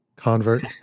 Convert